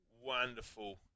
wonderful